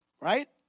right